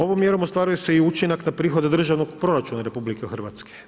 Ovom mjerom ostvaruje se i učinak na prihod od Državnog proračuna Republike Hrvatske.